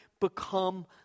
become